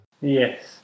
Yes